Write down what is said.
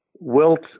Wilt